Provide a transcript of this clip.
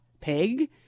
pig